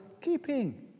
keeping